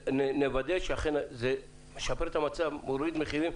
נוודא שזה ישפר את המצב ויוריד מחירים.